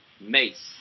Mace